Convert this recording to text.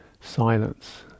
silence